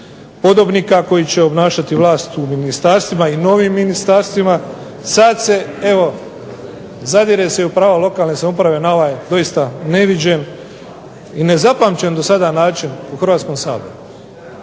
podobnika koji će obnašati vlast u ministarstvima i novim ministarstvima. Sad se evo, zadire se u prava lokalne samouprave na ovaj doista neviđen i nezapamćen do sada način u Hrvatskom saboru.